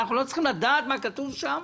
אנחנו לא צריכים לדעת מה כתוב שם?